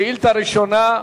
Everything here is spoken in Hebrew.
שאילתא ראשונה.